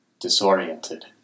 Disoriented